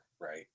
right